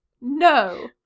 No